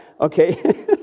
Okay